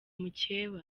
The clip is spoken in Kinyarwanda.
mukeba